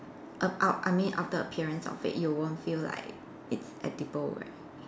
err out I mean outer appearance of it you won't feel like it's edible right